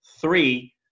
three